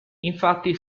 infatti